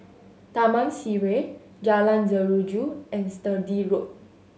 Taman Sireh Jalan Jeruju and Sturdee Road